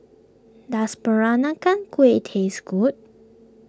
does Peranakan Kueh taste good